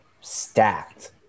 stacked